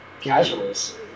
Casuals